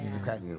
Okay